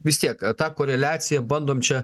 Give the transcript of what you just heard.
vis tiek a ta koreliaciją bandom čia